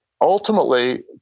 Ultimately